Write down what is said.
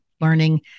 learning